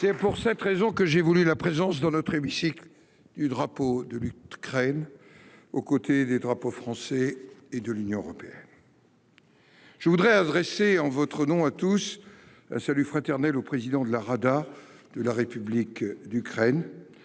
C'est pour cette raison que j'ai voulu la présence, dans notre hémicycle, du drapeau de l'Ukraine, aux côtés des drapeaux français et de l'Union européenne. Je voudrais adresser, en votre nom à tous, un salut fraternel au président de la Rada de la République d'Ukraine,